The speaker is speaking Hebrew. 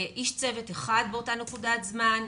איש צוות אחד באותה נקודת זמן,